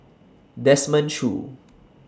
Desmond Choo